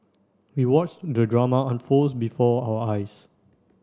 we watched the drama unfolds before our eyes